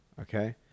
Okay